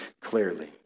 clearly